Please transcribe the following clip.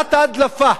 מחלת ההדלפה,